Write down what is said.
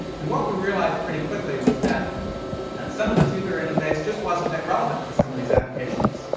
and what we realized pretty quickly was that some of this user interface just wasn't that relevant for some of these applications.